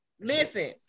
Listen